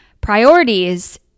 priorities